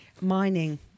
mining